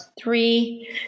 three